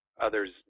others